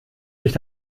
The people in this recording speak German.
sich